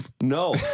No